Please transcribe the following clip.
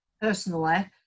personally